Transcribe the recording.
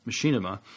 machinima